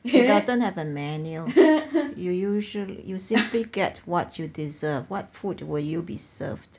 it doesn't have a menu you usuall~ you simply get what you deserve what food will you be served